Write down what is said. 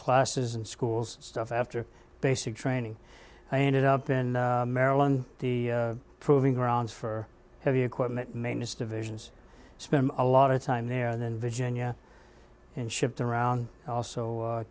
classes and schools stuff after basic training i ended up in maryland the proving grounds for heavy equipment maintenance divisions spent a lot of time there and then virginia and shipped around also